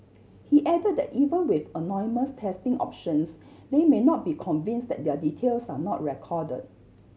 he added that even with anonymous testing options they may not be convinced that their details are not recorded